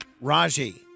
Raji